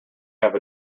have